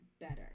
better